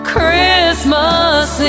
Christmas